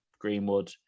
Greenwood